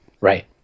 Right